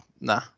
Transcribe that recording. Nah